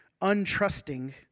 untrusting